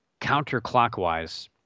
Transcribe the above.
counterclockwise